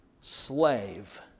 slave